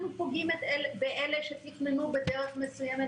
אנחנו פוגעים באלה שתכננו בדרך מסוימת,